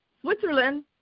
Switzerland